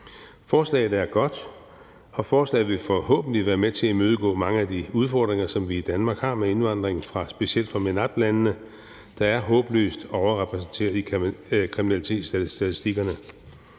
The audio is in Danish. Forslaget er godt, og forslaget vil forhåbentlig være med til at imødegå mange af de udfordringer, som vi i Danmark har med indvandrere specielt fra MENAPT-landene, der er håbløst overrepræsenteret i kriminalitetsstatistikkerne.